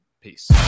Peace